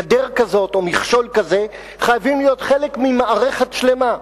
גדר כזאת או מכשול כזה חייבים להיות חלק ממערכת שלמה,